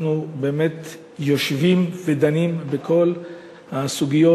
אנחנו באמת יושבים ודנים בכל הסוגיות